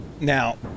now